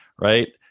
right